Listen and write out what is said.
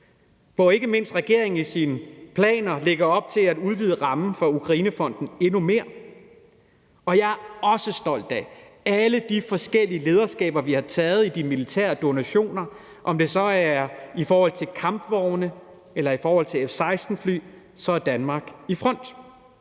hvor ikke mindst regeringen i sine planer lægger op til at udvide rammen for Ukrainefonden endnu mere. Jeg er også stolt af alle de forskellige lederskaber, vi har taget i de militære donationer – om det er i forhold til kampvogne eller i forhold til F-16-fly, så er Danmark i front.